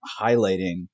highlighting